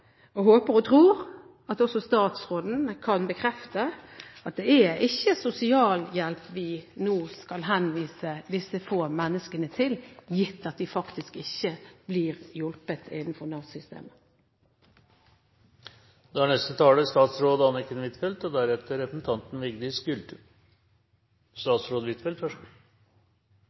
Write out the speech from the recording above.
og håper og tror også, at statsråden kan bekrefte at det ikke er sosialhjelp vi nå skal henvise disse få menneskene til, gitt at de faktisk ikke blir hjulpet innenfor